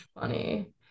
funny